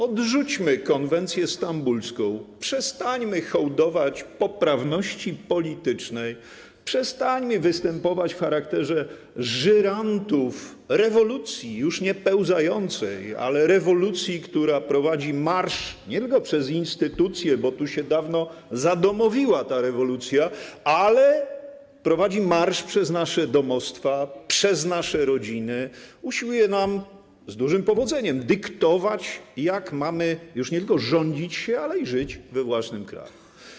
Odrzućmy konwencję stambulską, przestańmy hołdować poprawności politycznej, przestańmy występować w charakterze żyrantów rewolucji już nie pełzającej, ale rewolucji, która prowadzi marsz nie tylko przez instytucje, bo tu się dawno zadomowiła ta rewolucja, ale i przez nasze domostwa, przez nasze rodziny, usiłuje nam - z dużym powodzeniem - dyktować, jak mamy już nie tylko rządzić się, ale i żyć we własnym kraju.